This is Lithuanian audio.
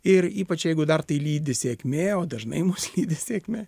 ir ypač jeigu dar tai lydi sėkmė o dažnai mus lydi sėkmė